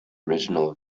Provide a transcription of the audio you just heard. original